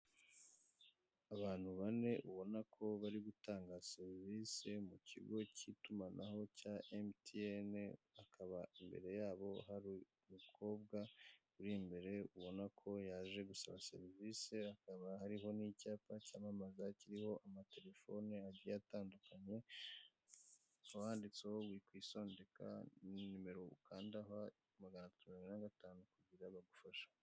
Abantu bane ubona ko bari gutanga serivise mu kigo cy'itumanaho cya MTN hakaba imbere yabo hari umukobwa uri imbere ubona ko yaje gusaba serivise, hakaba hariho n'icyapa cyamamaza kiriho amatelefone agiye atandukanye, hakaba handitseho "Wikisondeka!" na nimero ukandaho maganatatu na mirongo ine na gatanu kugira bagufashe.